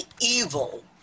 evil